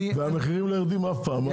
והמחירים לא יורדים אף פעם.